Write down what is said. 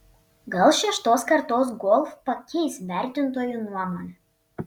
gal šeštos kartos golf pakeis vertintojų nuomonę